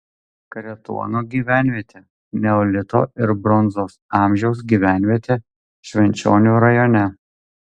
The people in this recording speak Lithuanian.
kretuono gyvenvietė neolito ir bronzos amžiaus gyvenvietė švenčionių rajone